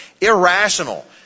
irrational